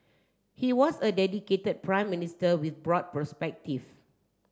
he was a dedicated Prime Minister with broad perspective